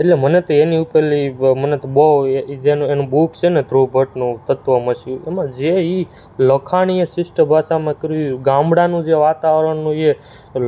એટલે મને તો એની ઉપર લી મને તો બહુ એ જેનું એનું બૂક છે ને ધ્રુવ ભટ્ટનુ તત્વમસી એમાં જે એ લખાણ એ શિષ્ટ ભાષામાં કર્યું ગામડાનું જે વાતાવરણનું એ